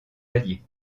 alliés